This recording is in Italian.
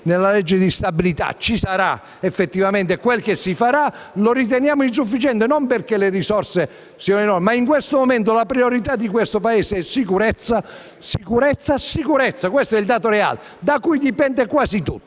nella legge di stabilità e cosa effettivamente si farà. Per ora lo riteniamo insufficiente non perché vi siano o no le risorse, ma perché in questo momento la priorità di questo Paese è: sicurezza, sicurezza, sicurezza. Questo è il dato reale da cui dipende quasi tutto.